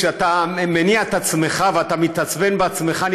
כשאתה מניע את עצמך ואתה מתעצבן בעצמך,